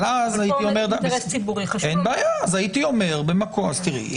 אז תראי,